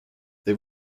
they